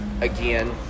again